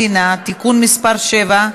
בשירותים ובכניסה למקומות ציבוריים (תיקון מס' 4)